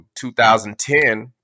2010